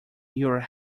your